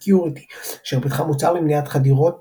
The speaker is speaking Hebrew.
Security אשר פיתחה מוצר למניעת חדירות